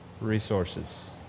resources